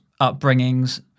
upbringings